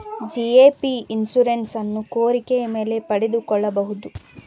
GAP insurance ಅನ್ನು ಕೋರಿಕೆ ಮೇಲೆ ಪಡಿಸಿಕೊಳ್ಳಬಹುದು